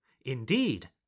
Indeed